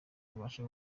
ubasha